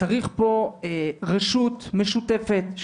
צריך פה רשות משותפת,